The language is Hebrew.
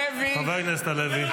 הלוי,